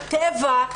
הטבע,